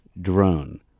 drone